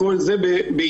כל זה בהתנדבות.